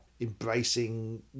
embracing